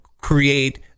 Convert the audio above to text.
create